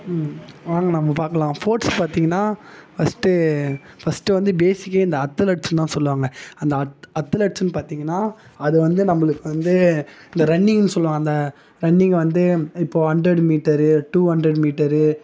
ம் வாங்க நம்ம பார்க்கலாம் ஸ்போர்ட்ஸ் பார்த்தீங்கனா ஃபஸ்ட்டு ஃபஸ்ட்டு வந்து பேஸிக்கே இந்த அத்லெட்ஸ் தான் சொல்லுவாங்கள் அந்த அத் அத்தலெட்ஸ்னு பார்த்தீங்கனா அது வந்து நம்மளுக்கு வந்து இந்த ரென்னிங்கு சொல்லுவாங்கள் அந்த ரன்னிங் வந்து இப்போது hundred metre two hundred metre